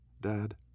Dad